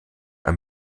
ein